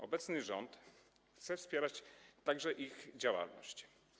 Obecny rząd chce wspierać także ich działalność.